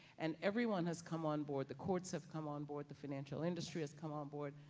and everyone has come on board, the courts have come on board, the financial industry has come on board,